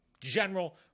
general